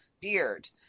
beard